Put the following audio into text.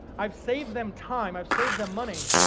i've saved them time, i've saved them money,